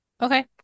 Okay